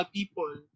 people